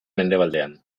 mendebaldean